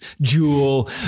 jewel